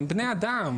הם בני אדם.